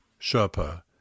Sherpa